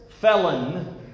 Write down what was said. felon